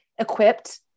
equipped